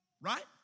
Right